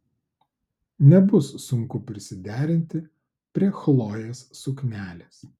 nebus sunku prisiderinti prie chlojės suknelės